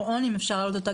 בקשה להעלות אותה